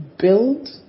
build